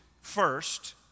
first